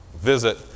visit